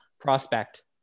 Prospect